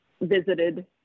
visited